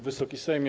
Wysoki Sejmie!